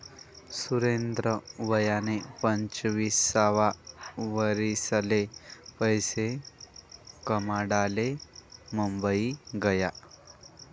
सुरेंदर वयना पंचवीससावा वरीसले पैसा कमाडाले मुंबई गया